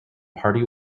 party